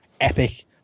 epic